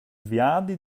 viadi